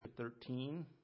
Thirteen